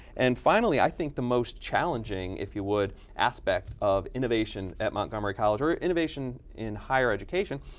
and finally i think the most challenging, if you would, aspect of innovation at montgomery college, or or innovation in higher education,